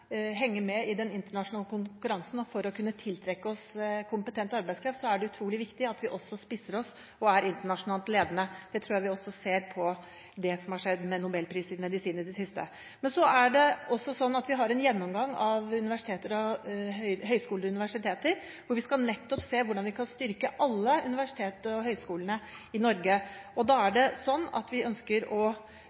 henge med i den internasjonale konkurransen og for å kunne tiltrekke oss kompetent arbeidskraft, er det utrolig viktig at vi også spisser oss og er ledende internasjonalt. Det tror jeg vi ser et eksempel på gjennom årets nobelpris i medisin. Men vi har også en gjennomgang av høyskoler og universiteter, hvor vi skal se på nettopp hvordan vi kan styrke alle universitetene og alle høyskolene i Norge. Vi ønsker å